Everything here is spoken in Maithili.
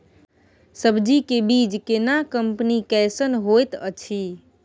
सब्जी के बीज केना कंपनी कैसन होयत अछि?